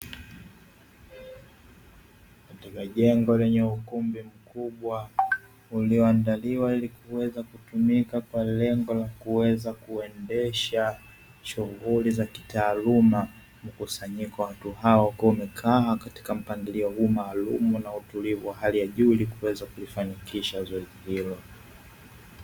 Katika jengo lenye ukumbi mkubwa ulioandaliwa ili kuweza kutumika kwa lengo la kuweza kuendesha shughuli za kitaaluma, mkusanyiko wa watu hao kumekaa katika mpangilio huu maalumu, na hali ya juu ili kuweza kulifanikiwa.